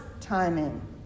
timing